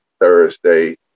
Thursday